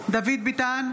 דוד ביטן,